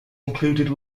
included